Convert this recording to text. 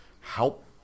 help